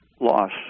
loss